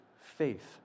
faith